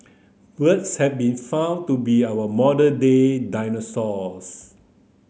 birds have been found to be our modern day dinosaurs